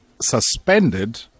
suspended